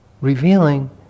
revealing